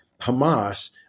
Hamas